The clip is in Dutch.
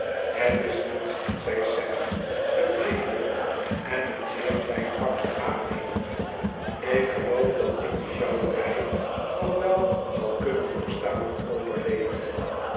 het is niets zei sam een brief je en een zeer klein pakje aarinemend ik ge loof dat ik die sjouwerij nog wel zal ktmnen doorstaan en overleven